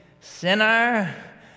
Sinner